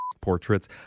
Portraits